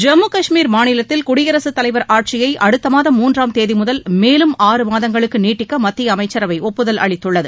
ஜம்மு கஷ்மீர் மாநிலத்தில் குடியரசு தலைவர் ஆட்சியை அடுத்த மாதம் மூன்றாம் தேதி முதல் மேலும் ஆறு மாதங்களுக்கு நீட்டிக்க மத்திய அமைச்சரவை ஒப்புதல் அளித்துள்ளது